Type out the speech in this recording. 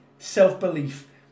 self-belief